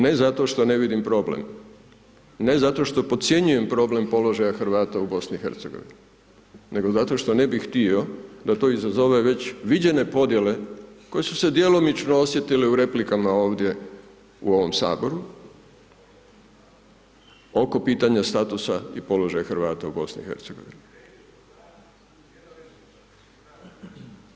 Ne zato što ne vidim problem, ne zato što podcjenjujem problem položaja Hrvata u BiH-u nego zato što ne bi htio da to izazove već viđene podjele koje su se djelomično osjetile u replikama ovdje u ovom Saboru oko pitanja statusa i položaja Hrvata u BiH-u.